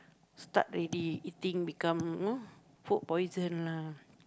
start already eating become you know food poison lah